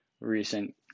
recent